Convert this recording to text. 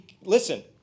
listen